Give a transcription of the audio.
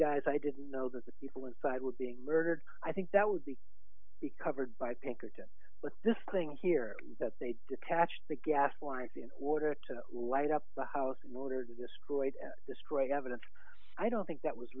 guys i didn't know that the people inside were being murdered i think that would be be covered by pinkerton but this thing here that they detached the gas lines in order to light up the house in order to destroy destroy evidence i don't think that was